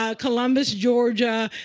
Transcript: ah columbus, georgia.